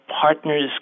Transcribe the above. partners